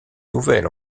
nouvel